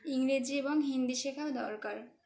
ইংরেজি এবং হিন্দি শেখাও দরকার